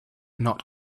not